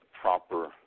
proper